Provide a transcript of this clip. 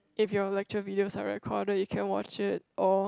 if your lecture videos are record you can watch it or